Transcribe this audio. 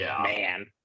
man